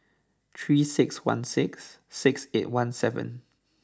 three six one six six eight one seven